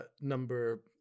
number